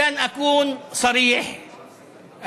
בריאותית ושיקומית ממדרגה ראשונה.